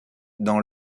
dans